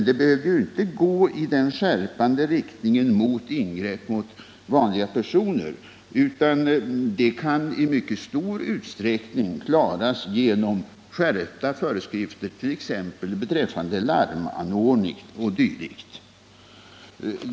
Det behöver inte innebära att skärpningen kommer att riktas mot vanliga personer, utan det kan i mycket stor utsträckning bli fråga om skärpta föreskrifter t.ex. beträffande larmanordning o. d.